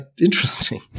interesting